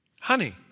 Honey